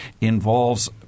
involves